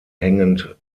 hängend